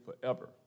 forever